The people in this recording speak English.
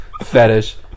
fetish